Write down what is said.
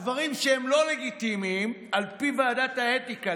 הדברים שהם לא לגיטימיים על פי ועדת האתיקה,